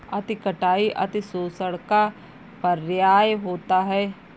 अति कटाई अतिशोषण का पर्याय होता है